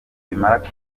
bimara